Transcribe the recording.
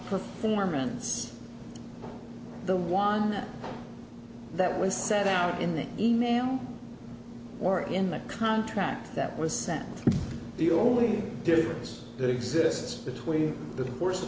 performance the one that was set out in the e mail or in the contract that was sent the only difference that exists between the course of